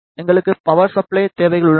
எங்களுக்கு power supply தேவைகள் உள்ளன